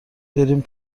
بریم